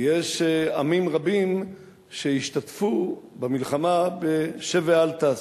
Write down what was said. ויש עמים רבים שהשתתפו במלחמה ב"שב ואל תעשה".